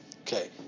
Okay